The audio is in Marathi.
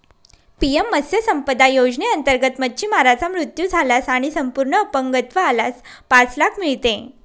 पी.एम मत्स्य संपदा योजनेअंतर्गत, मच्छीमाराचा मृत्यू झाल्यास आणि संपूर्ण अपंगत्व आल्यास पाच लाख मिळते